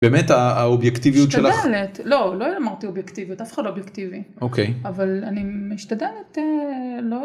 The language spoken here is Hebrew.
באמת האובייקטיביות שלך? לא... לא אמרתי אובייקטיביות, אף אחד לא אובייקטיבי, אוקיי. אבל אני משתדלת לא...